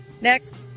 Next